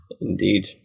Indeed